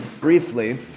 briefly